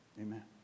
amen